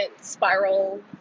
spiral